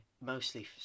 mostly